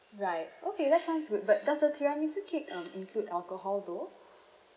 right okay that sounds good but does the tiramisu cake um include alcohol though